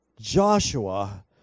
Joshua